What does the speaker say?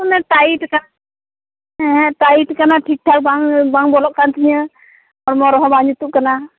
ᱚᱱᱮ ᱴᱟᱭᱤᱴ ᱟᱠᱟᱱ ᱦᱮᱸ ᱴᱟᱭᱤᱴ ᱟᱠᱟᱱ ᱴᱷᱤᱠ ᱴᱷᱟᱠ ᱵᱟᱝ ᱵᱚᱞᱚᱜ ᱠᱟᱱ ᱛᱤᱧᱟᱹ ᱦᱚᱲᱢᱚ ᱨᱮᱦᱚᱸ ᱵᱟᱝ ᱡᱩᱛᱩᱜ ᱠᱟᱱᱟ